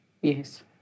Yes